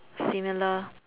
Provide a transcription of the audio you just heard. similar